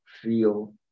feel